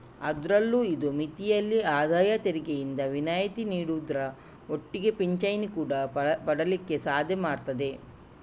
ಅದ್ರಲ್ಲೂ ಇದು ಮಿತಿಯಲ್ಲಿ ಆದಾಯ ತೆರಿಗೆಯಿಂದ ವಿನಾಯಿತಿ ನೀಡುದ್ರ ಒಟ್ಟಿಗೆ ಪಿಂಚಣಿ ಕೂಡಾ ಪಡೀಲಿಕ್ಕೆ ಸಾಧ್ಯ ಮಾಡ್ತದೆ